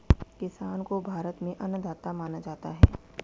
किसान को भारत में अन्नदाता माना जाता है